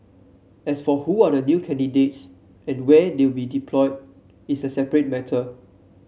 as for who are the new candidates and where they will be deployed is a separate matter